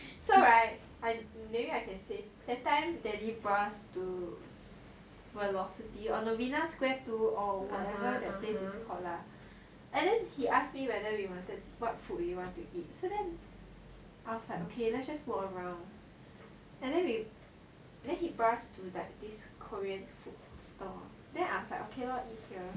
ya so right maybe I can say that time daddy brought us to velocity or novena square two or whatever that place is called lah and then he ask me what food we want to eat then I was like okay let's just walk around and then he brought us to this korean stall then I was like okay lor eat here